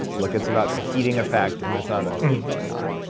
look it's about a heating effect and there's not enough heat going on,